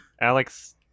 Alex